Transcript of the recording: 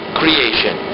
creation